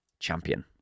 Champion